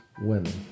women